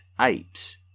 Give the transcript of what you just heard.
apes